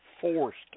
forced